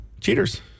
Cheaters